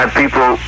people